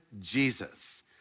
Jesus